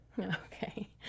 Okay